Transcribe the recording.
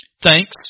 Thanks